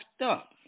up